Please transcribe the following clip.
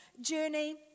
journey